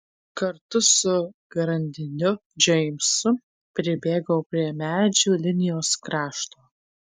kartu su grandiniu džeimsu pribėgau prie medžių linijos krašto